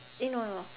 eh no no